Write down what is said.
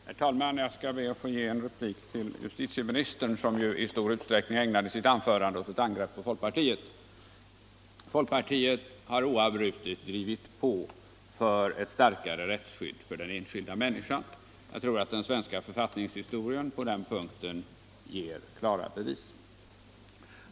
Herr talman! Jag skall be att få replikera justitieministern, som i stor utsträckning ägnade sitt anförande åt ett angrepp på folkpartiet. Folkpartiet har oavbrutet drivit frågan om ett starkare rättsskydd för den enskilda människan. Jag tror att den svenska författningshistorien kan ge klara bevis på den punkten.